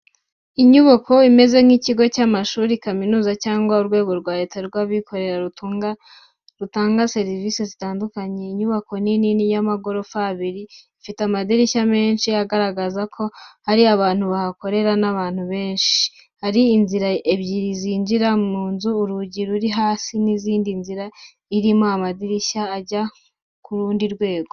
Inyubako imeze nk'iy’ikigo cy’amashuri, kaminuza, cyangwa urwego rwa leta rw'abikorera rutanga serivisi zitandukanye. Inyubako nini y’amagorofa abiri, ifite amadirishya menshi agaragaza ko ari ahantu hakoreshwa n’abantu benshi. Hariho inzira ebyiri zinjira mu nzu, urugi ruri hasi n’indi nzira irimo amadarajyi ijya ku rundi rwego.